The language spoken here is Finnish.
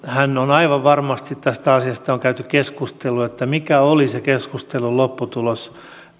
tästä asiasta on varmasti käyty keskustelua että mikä oli se keskustelun lopputulos